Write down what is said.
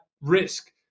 risk